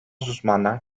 uzmanlar